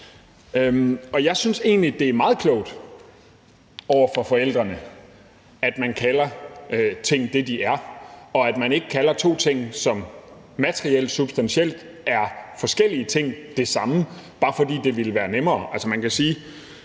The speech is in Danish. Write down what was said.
Jeg synes egentlig, det er meget klogt over for forældrene, at man kalder tingene for det, de er, og at man ikke kalder to ting, som materielt og substantielt er forskellige ting, det samme, bare fordi det ville være nemmere.